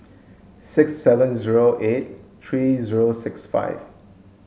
six seven zero eight three zero six five